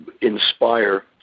inspire